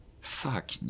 fuck